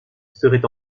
serait